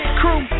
crew